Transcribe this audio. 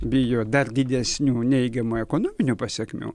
bijo dar didesnių neigiamų ekonominių pasekmių